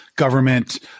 government